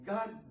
God